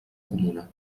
comuna